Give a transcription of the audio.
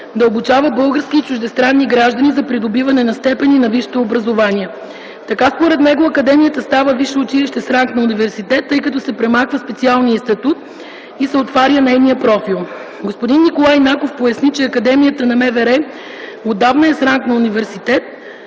да обучава български и чуждестранни граждани за придобиване на степени на висшето образование. Така според него академията става висше училище с ранг на университет, тъй като се премахва специалният й статут и се отваря нейният профил. Господин Николай Наков поясни, че Академията на МВР отдавна е с ранг на университет,